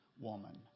woman